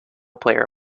player